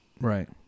Right